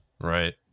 Right